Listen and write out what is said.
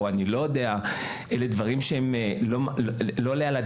שהעלית פה אלה הם דברים שלא יעלה על